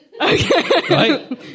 Okay